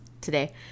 today